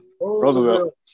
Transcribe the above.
Roosevelt